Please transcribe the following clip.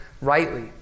rightly